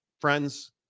friends